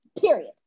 period